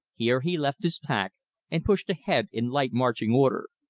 here he left his pack and pushed ahead in light marching order.